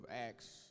Acts